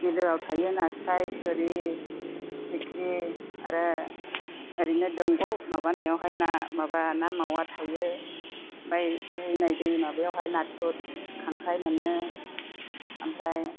बिलोआव थायो नास्राय थुरि फिथिग्रि आरो ओरैनो दंग'आव माबानायावहाय ना माबा ना मावा थायो ओमफ्राय बोहैनाय दै माबायावहाय नाथुर खांख्राइ मोनो ओमफ्राय